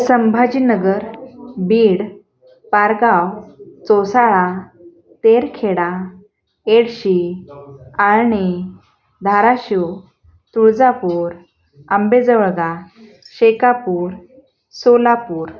Sambhajinagar Beed Pargaon Chosala Terkheda Edshi Alni Dharashiv Tuljapur Ambejoga Shekapur Solapur